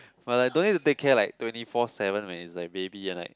but like don't need to take care like twenty four seven man is like baby are like